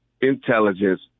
intelligence